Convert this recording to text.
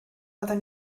fyddwn